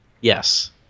Yes